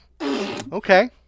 okay